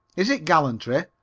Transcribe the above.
is it gallantry,